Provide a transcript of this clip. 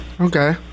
Okay